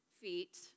feet